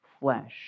flesh